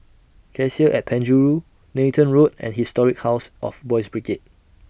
Cassia At Penjuru Nathan Road and Historic House of Boys' Brigade